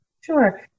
Sure